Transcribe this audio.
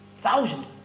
thousand